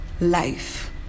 life